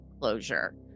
closure